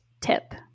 tip